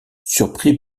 surpris